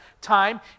time